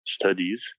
studies